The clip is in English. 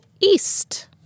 east